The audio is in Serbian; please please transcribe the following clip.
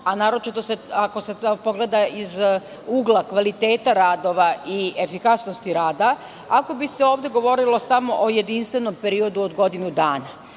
a naročito ako se pogleda iz ugla kvaliteta radova i efikasnosti rada, ako bi se ovde govorilo samo o jedinstvenom periodu od godinu